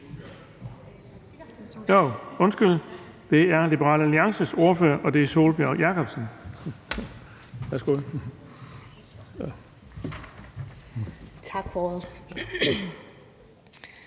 gå videre til Liberal Alliances ordfører, og det er Sólbjørg Jakobsen.